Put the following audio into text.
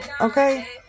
okay